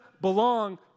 belong